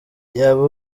yaba